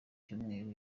cyumweru